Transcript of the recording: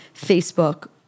Facebook